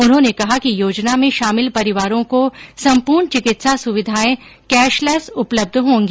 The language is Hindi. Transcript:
उन्होने कहा कि योजना में शामिल परिवारों को संपूर्ण चिकित्सा सुविधायें कैशलैस उपलब्ध होंगी